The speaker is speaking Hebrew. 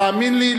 תאמין לי,